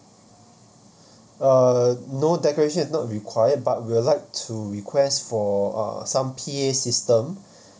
uh no decoration is not required but we'll like to request for uh some P_A system